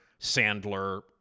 Sandler